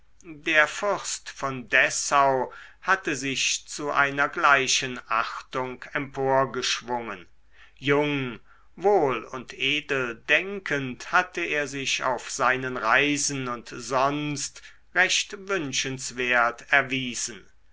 der fürst von dessau hatte sich zu einer gleichen achtung emporgeschwungen jung wohl und edeldenkend hatte er sich auf seinen reisen und sonst recht wünschenswert erwiesen